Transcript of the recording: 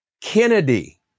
Kennedy